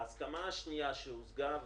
ההסכמה השנייה שהושגה,